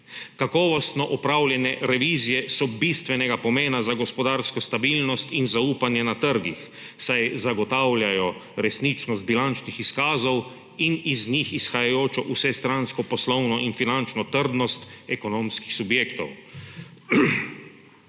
Kakovostno opravljanje revizije so bistvenega pomena za gospodarsko stabilnost in zaupanje na trgih, saj zagotavljajo resničnost bilančnih izkazov in iz njih izhajajočo vsestransko poslovno in finančno trdnost ekonomskih subjektov.